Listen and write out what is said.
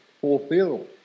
fulfill